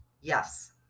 Yes